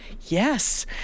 Yes